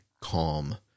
calm